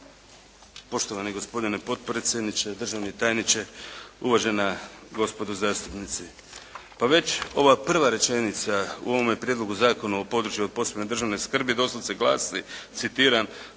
Poštovani gospodine potpredsjedniče, državni tajniče, uvažena gospodo zastupnici. Pa već ova prva rečenica u ovome Prijedlogu zakona o područjima od posebne državne skrbi doslovce glasi, citiram: